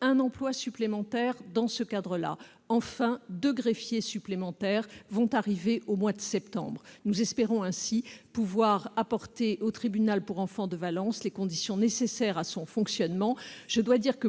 un emploi supplémentaire dans ce cadre-là. Enfin, deux greffiers supplémentaires arriveront au mois de septembre prochain. Nous espérons ainsi pouvoir assurer au tribunal pour enfants de Valence les conditions nécessaires à son fonctionnement.